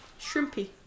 Shrimpy